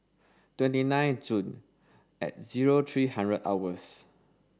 twenty nine June and zero three hundred hours